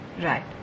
Right